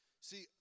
See